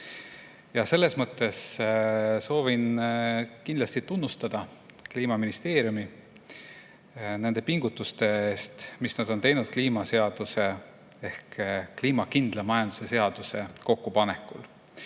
Selles mõttes soovin kindlasti tunnustada Kliimaministeeriumit nende pingutuste eest, mis on tehtud kliimaseaduse ehk kliimakindla majanduse seaduse kokkupanekul.